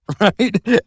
right